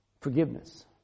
Forgiveness